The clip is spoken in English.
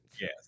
Yes